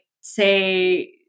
say